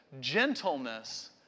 gentleness